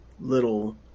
little